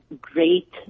great